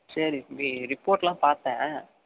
சரி தம்பி ரிபோர்ட் எல்லாம் பார்த்தன்